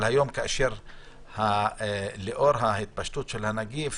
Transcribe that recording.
אבל, היום, לאור התפשטות הנגיף,